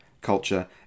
Culture